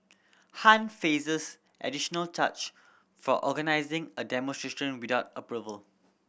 Han faces additional charge for organising a demonstration without approval